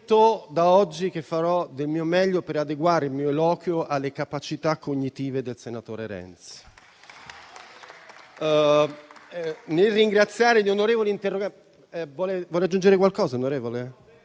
prometto da oggi che farò del mio meglio per adeguare il mio eloquio alle capacità cognitive del senatore Renzi.